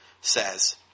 says